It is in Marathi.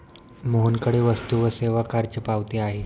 मोहनकडे वस्तू व सेवा करची पावती आहे